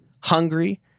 hungry